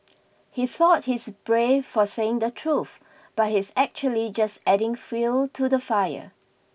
he thought he's brave for saying the truth but he's actually just adding fuel to the fire